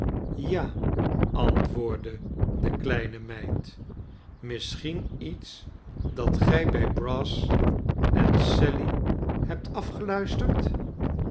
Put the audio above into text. ja antwoordde de kleine meid misschien iets dat gij bij brass en sally hebt